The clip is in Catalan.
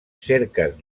cerques